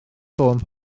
ffôn